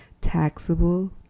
taxable